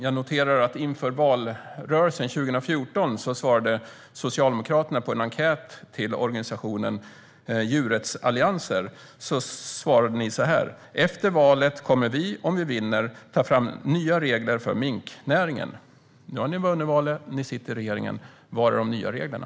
Jag noterar att inför valrörelsen 2014 svarade Socialdemokraterna på en enkät från organisationen Djurrättsalliansen. Ni svarade: Efter valet kommer vi, om vi vinner, att ta fram nya regler för minknäringen. Nu har ni vunnit valet, ni sitter i regeringen, var är de nya reglerna?